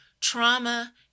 trauma